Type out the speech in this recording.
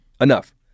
Enough